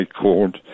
called